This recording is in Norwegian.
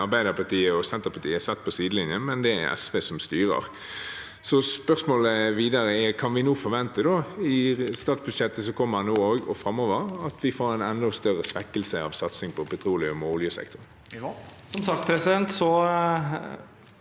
Arbeiderpartiet og Senterpartiet er satt på sidelinjen, mens det er SV som styrer. Så spørsmålet videre er: Kan vi forvente i statsbudsjettet nå og framover at vi får en enda større svekkelse av satsing på petroleum og oljesektoren?